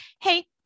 hey